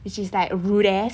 which is like rude ass